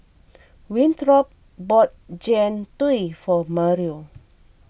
Winthrop bought Jian Dui for Mario